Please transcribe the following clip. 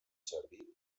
servir